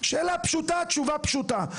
שאלה פשוטה, תשובה פשוטה.